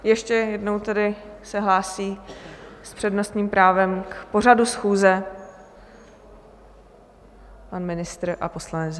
Ještě jednou tedy se hlásí s přednostním právem k pořadu schůze pan ministr a poslanec Havlíček.